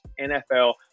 NFL